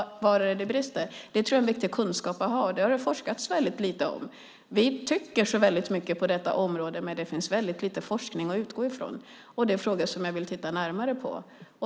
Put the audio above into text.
Var brister det? Jag tror att sådan kunskap behövs. Det har forskats väldigt lite om det. Vi tycker så mycket på detta område, men det finns väldigt lite forskning att utgå från. Det är frågor som jag vill titta närmare på.